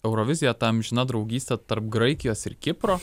eurovizija ta amžina draugystė tarp graikijos ir kipro